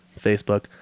Facebook